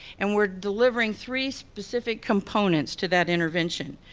and we're delivering three specific components to that intervention.